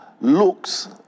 looks